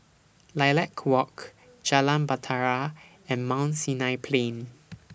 Lilac Walk Jalan Bahtera and Mount Sinai Plain